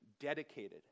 dedicated